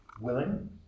willing